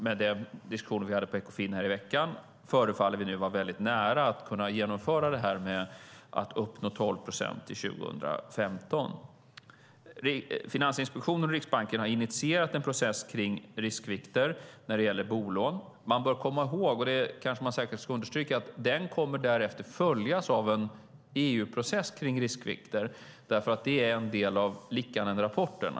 Med den diskussion vi hade på Ekofinmötet i veckan förefaller vi nu vara nära att uppnå 12 procent till 2015. Finansinspektionen och Riksbanken har initierat en process om riskvikter för bolån. Man bör komma ihåg - det ska man understryka - att den processen kommer därefter att följas av en EU-process om riskvikter. Det är en del av Liikanenrapporten.